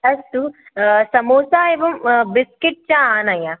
अस्तु समोसा एवं बिस्किट् च आनय